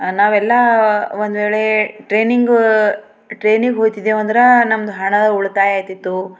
ನಾವೆಲ್ಲ ಒಂದ್ವೇಳೆ ಟ್ರೈನಿಂಗು ಟ್ರೇನಿಗೆ ಹೋಗ್ತಿದ್ದೇವಂದ್ರೆ ನಮ್ದು ಹಣ ಉಳಿತಾಯ ಆಗ್ತಿತ್ತು